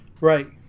Right